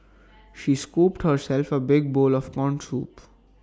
she scooped herself A big bowl of Corn Soup